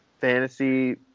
fantasy